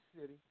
City